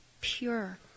pure